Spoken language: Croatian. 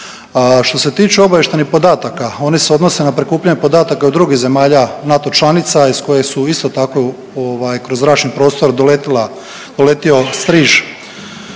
Što se tiče obavještajnih podataka, oni se odnose na prikupljanje podataka od drugih zemalja NATO članica iz koje su isto tako kroz zračni prostor doletila,